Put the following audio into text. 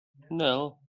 nul